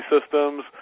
systems